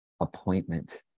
appointment